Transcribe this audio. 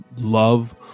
love